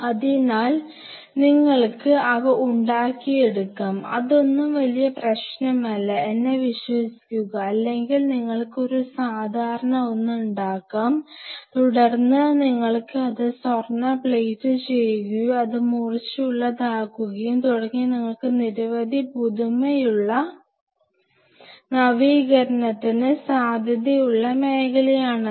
അതിനാൽ നിങ്ങൾക്ക് അവ ഉണ്ടാക്കിയെടുക്കാംഅതൊന്നും വലിയ പ്രശ്നമല്ല എന്നെ വിശ്വസിക്കുക അല്ലെങ്കിൽ നിങ്ങൾക്ക് ഒരു സാധാരണ ഒന്ന് ഉണ്ടാക്കാം തുടർന്ന് നിങ്ങൾക്ക് അത് സ്വർണ്ണ പ്ലേറ്റ് ചെയ്യുകയോ ഇത് മൂർച്ചയുള്ളതാക്കുകയും തുടങ്ങി നിങ്ങൾക്ക് നിരവധി പുതുമയുള്ള നവീകരണത്തിന് സാധ്യതയുള്ള മേഖലയാണത്